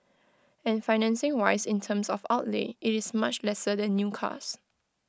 and financing wise in terms of outlay IT is much lesser than new cars